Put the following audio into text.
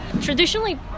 traditionally